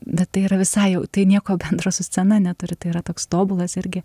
bet tai yra visai jau tai nieko bendro su scena neturi tai yra toks tobulas irgi